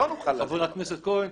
לא נוכל לעזור לכם.